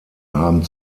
haben